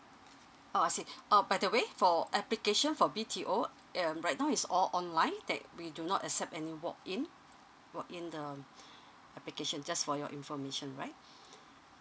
oh I see uh by the way for application for B_T_O um right now is all online that we do not accept any walk in walk in um application just for your information right